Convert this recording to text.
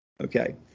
Okay